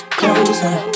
closer